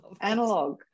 analog